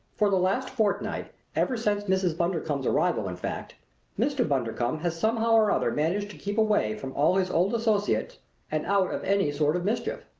for the last fortnight ever since mrs. bundercombe's arrival, in fact mr. bundercombe has somehow or other managed to keep away from all his old associates and out of any sort of mischief.